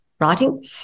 writing